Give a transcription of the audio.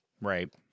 Right